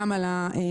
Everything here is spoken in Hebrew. גם על המשפחה,